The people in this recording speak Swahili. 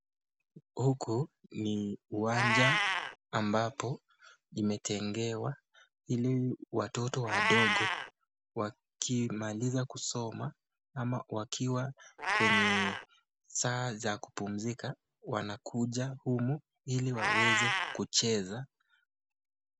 Huku ni uwanja ambapo imetengewa, ili watoto wadogo wakimaliza kusoma ama wakiwa kwenye saa za kupumzika wanakuja humu ili waweze kucheza.